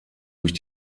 durch